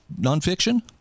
nonfiction